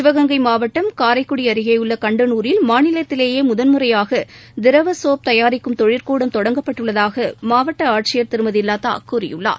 சிவகங்கை மாவட்டம் காரைக்குடி அருகேயுள்ள கண்டனூரில் மாநிலத்திலேயே முதல்முறையாக திரவ சோப் தயாரிக்கும் தொழிற்கூடம் தொடங்கப்பட்டுள்ளதாக மாவட்ட ஆட்சியர் திருமதி லதா கூறியுள்ளார்